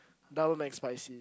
double mcspicy